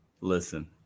Listen